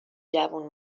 جوون